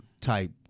type